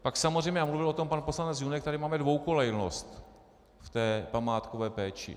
Pak samozřejmě, a mluvil o tom pan poslanec Junek, tady máme dvoukolejnost v památkové péči.